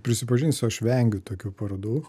prisipažinsiu aš vengiu tokių parodų